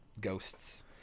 ghosts